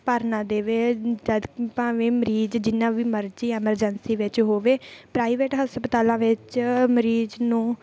ਭਰ ਨਾ ਦੇਵੇ ਜਦੋਂ ਭਾਵੇਂ ਮਰੀਜ਼ ਜਿੰਨਾ ਵੀ ਮਰਜ਼ੀ ਐਮਰਜੈਂਸੀ ਵਿੱਚ ਹੋਵੇ ਪ੍ਰਾਈਵੇਟ ਹਸਪਤਾਲਾਂ ਵਿੱਚ ਮਰੀਜ਼ ਨੂੰ